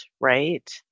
right